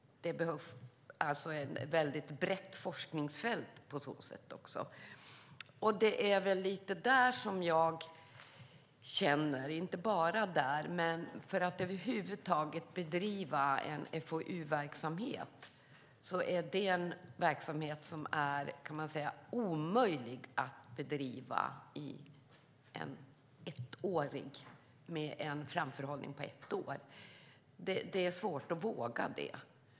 Det behövs alltså ett väldigt brett forskningsfält på så sätt. En FoU-verksamhet är, kan man säga, omöjlig att bedriva med en framförhållning på ett år. Det är svårt att våga då.